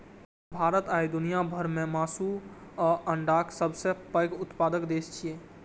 भारत आइ दुनिया भर मे मासु आ अंडाक सबसं पैघ उत्पादक देश छै